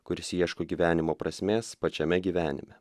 kuris ieško gyvenimo prasmės pačiame gyvenime